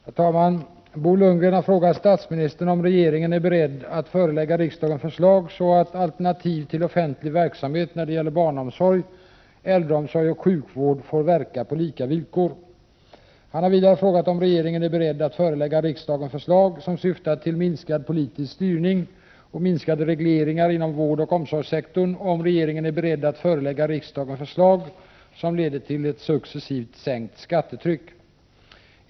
Herr talman! Bo Lundgren har frågat statsministern om regeringen är beredd att förelägga riksdagen förslag, så att alternativ till offentlig verksamhet när det gäller barnomsorg, äldreomsorg och sjukvård får verka på lika villkor. Han har vidare frågat om regeringen är beredd att förelägga riksdagen förslag som syftar till minskad politisk styrning och minskade regleringar inom vårdoch omsorgssektorn och om regeringen är beredd att förelägga riksdagen förslag som leder till ett successivt sänkt skattetryck.